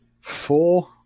four